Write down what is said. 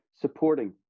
supporting